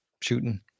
shooting